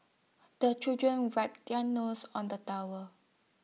the children wipe their noses on the tower